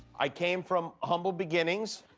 i came from humble beginnings,